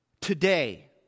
Today